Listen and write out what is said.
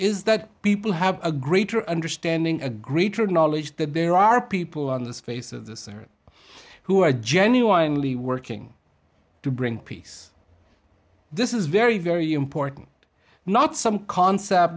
is that people have a greater understanding a greater knowledge that there are people on the face of this earth who are genuinely working to bring peace this is very very important not some concept